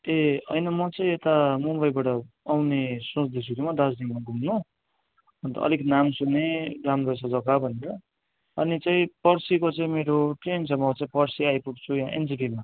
ए होइन म चाहिँ यता मुम्बईबाट आउने सोच्दैछु कि म दार्जिलिङमा घुम्नु अन्त अलिक नाम सुनेँ राम्रो छ जग्गा भनेर अनि चाहिँ पर्सीको चाहिँ मेरो ट्रेन छ म चाहिँ पर्सी आइपुग्छु यहाँ एनजेपीमा